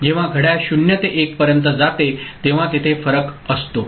जेव्हा घड्याळ 0 ते 1 पर्यंत जाते तेव्हा तेथे फरक असतो